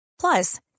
Plus